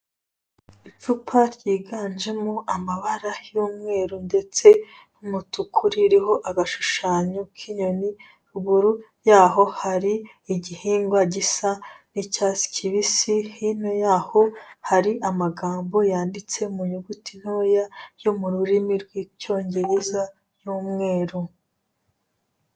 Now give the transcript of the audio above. Icupa ryiganjemo amabara y'umweru ndetse umutuku ririho agashushanyo k'inyoni, ruguru y'aho hari igihingwa gisa nk'icyatsi kibisi, hino ya ho hari amagambo yanditse mu inyuguti ntoya yo mu rurimi rw'icyongereza n'umweru.